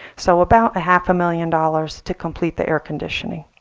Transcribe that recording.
so about a half a million dollars to complete the air conditioning.